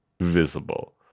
Visible